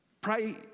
pray